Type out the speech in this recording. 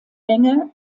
menge